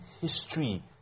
history